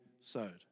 sowed